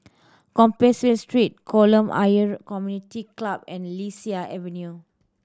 Compassvale Street Kolam Ayer Community Club and Lasia Avenue